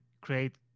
create